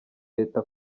leta